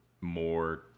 more